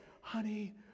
honey